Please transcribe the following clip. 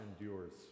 endures